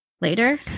Later